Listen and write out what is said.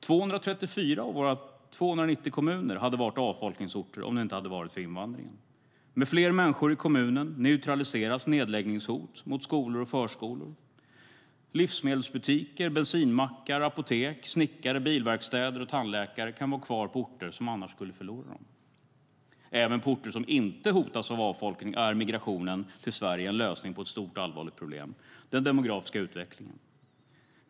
234 av våra 290 kommuner hade varit avfolkningsorter om det inte hade varit för invandringen. Med fler människor i kommunen neutraliseras nedläggningshot mot skolor och förskolor. Livsmedelsbutiker, bensinmackar, apotek, snickare, bilverkstäder och tandläkare kan vara kvar på orter som annars skulle förlora dem. Även på orter som inte hotas av avfolkning är migrationen till Sverige en lösning på ett stort och allvarligt problem: den demografiska utvecklingen.